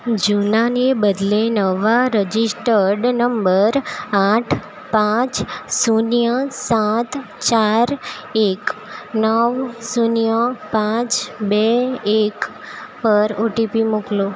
જૂનાને બદલે નવા registered number આઠ પાંચ શૂન્ય સાત ચાર એક નવ શૂન્ય પાંચ બે એક પર ઓટીપી મોકલો